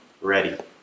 ready